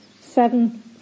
seven